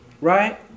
Right